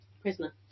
Prisoner